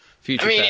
future